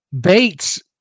Bates